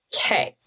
Okay